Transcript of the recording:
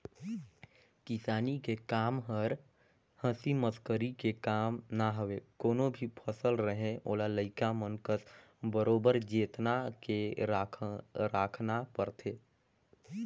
किसानी के कम हर हंसी मसकरी के काम न हवे कोनो भी फसल रहें ओला लइका मन कस बरोबर जेतना के राखना परथे